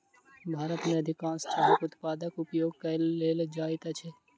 भारत में अधिकाँश चाहक उत्पाद उपयोग कय लेल जाइत अछि